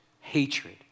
hatred